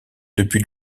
depuis